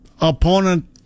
opponent